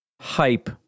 hype